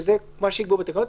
שזה מה שיקבעו בתקנות,